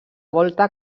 volta